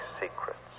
secrets